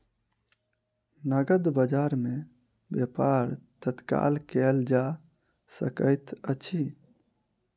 नकद बजार में व्यापार तत्काल कएल जा सकैत अछि